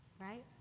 right